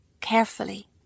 carefully